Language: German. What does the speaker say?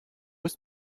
ist